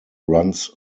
runs